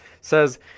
says